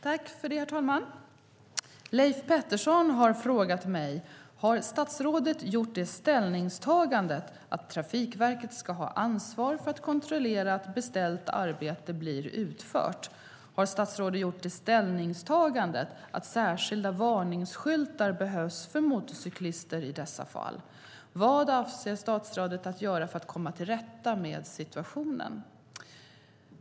Herr talman! Leif Pettersson har frågat mig: Har statsrådet gjort det ställningstagandet att Trafikverket ska ha ansvar för att kontrollera att beställt arbete blir utfört? Har statsrådet gjort det ställningstagandet att särskilda varningsskyltar behövs för motorcyklister i dessa fall? Vad avser statsrådet att göra för att komma till rätta med situationen?